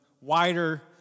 wider